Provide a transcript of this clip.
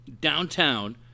downtown